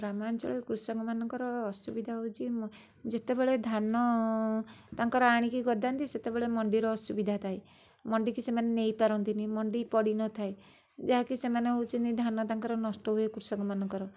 ଗ୍ରାମାଞ୍ଚଳ କୃଷକମାନଙ୍କର ଅସୁବିଧା ହେଉଛି ଯେତେବେଳେ ଧାନ ତାଙ୍କର ଆଣିକି ଗଦାନ୍ତି ସେତେବେଳେ ମଣ୍ଡିର ଅସୁବିଧା ଥାଏ ମଣ୍ଡିକି ସେମାନେ ନେଇପାରନ୍ତିନି ମଣ୍ଡି ପଡ଼ିନଥାଏ ଯାହାକି ସେମାନେ ହେଉଛନ୍ତି ଧାନ ତାଙ୍କର ନଷ୍ଟ ହୁଏ କୃଷକମାନଙ୍କର